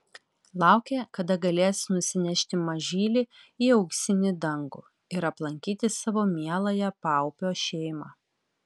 laukė kada galės nusinešti mažylį į auksinį dangų ir aplankyti savo mieląją paupio šeimą